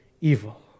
evil